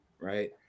right